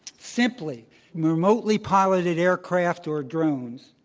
simply remotely piloted aircraft, or drones,